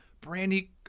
Brandy –